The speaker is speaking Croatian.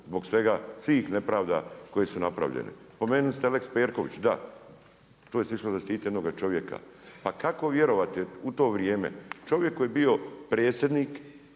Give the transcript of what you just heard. zbog svega, svih nepravda koje su napravljene. Spomenuli ste Lex Perković, da, to je …/Govornik se ne razumije./… jednoga čovjeka, pa kako vjerovati u to vrijeme, čovjek koji je bio predsjednik